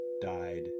died